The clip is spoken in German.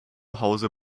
hause